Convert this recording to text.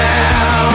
now